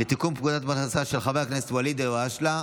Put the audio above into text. לתיקון פקודת מס הכנסה של חבר הכנסת ואליד אלהואשלה.